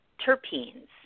terpenes